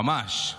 ממש.